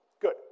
Good